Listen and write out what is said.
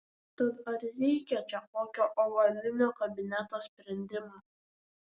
tad ar reikia čia kokio ovalinio kabineto sprendimo